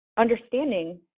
understanding